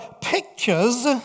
pictures